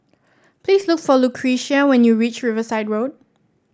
please look for Lucretia when you reach Riverside Road